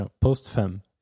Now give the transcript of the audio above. post-Fem